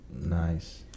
Nice